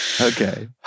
okay